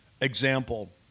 example